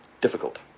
difficult